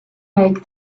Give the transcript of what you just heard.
make